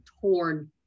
torn